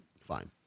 Fine